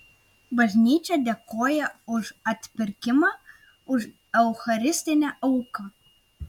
bažnyčia dėkoja už atpirkimą už eucharistinę auką